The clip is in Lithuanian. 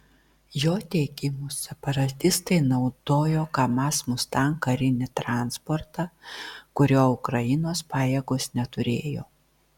jo teigimu separatistai naudojo kamaz mustang karinį transportą kurio ukrainos pajėgos neturėjo